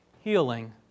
healing